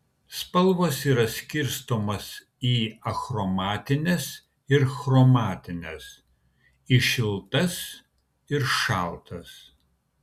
spalvos yra skirstomos į achromatines ir chromatines į šiltas ir šaltas